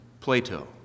Plato